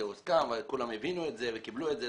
זה הוסכם וכולם הבינו את זה וקיבלו את זה.